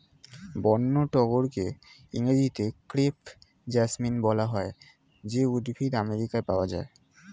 বন্য টগরকে ইংরেজিতে ক্রেপ জেসমিন বলা হয় যে উদ্ভিদ আমেরিকায় পাওয়া যায়